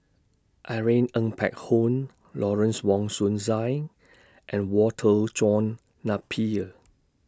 Irene Ng Phek Hoong Lawrence Wong Shyun Tsai and Walter John Napier